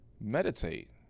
meditate